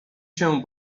się